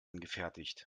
angefertigt